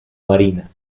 marina